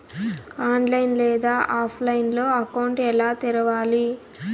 online లేదా ఆఫ్లైన్లో account ఎలా తెరవాలి